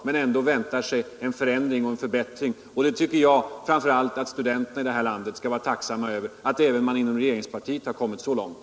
Men hon väntar sig ändå en förändring och en förbättring, och jag tycker att framför allt studenterna i det här landet skall vara tacksamma för att man även inom regeringspartiet har kommit så långt.